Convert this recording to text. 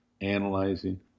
analyzing